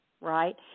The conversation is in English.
right